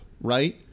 right